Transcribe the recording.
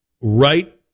right